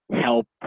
help